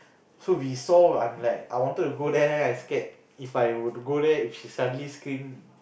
so we saw I'm like I wanted to go there then I scared If I were to go there if she suddenly screamed